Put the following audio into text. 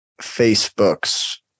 facebook's